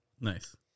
Nice